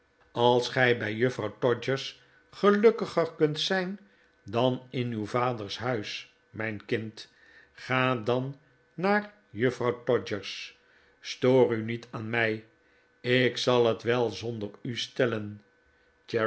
als gij bij juffrouw todgers gelukkiger kunt zijn dan in uw vaders huis mijn kind ga dan naar juffrouw todgers stoor u niet aan mij ik zal het wel zonder u stellen